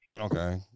Okay